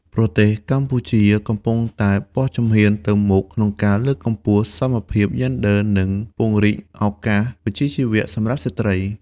ប្រទេសកម្ពុជាកំពុងតែបោះជំហានទៅមុខក្នុងការលើកកម្ពស់ សមភាពយេនឌ័រ និង ពង្រីកឱកាសវិជ្ជាជីវៈ សម្រាប់ស្ត្រី។